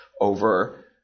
over